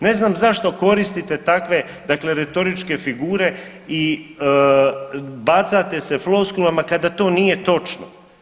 Ne znam zašto koristite takve, dakle retoričke figure i bacate se floskulama kada to nije točno.